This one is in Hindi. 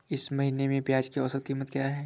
इस महीने में प्याज की औसत कीमत क्या है?